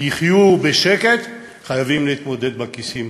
יחיו בשקט, חייבים להתמודד עם הכיסים